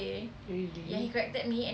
really